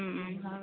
হয় বাৰু